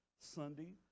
Sunday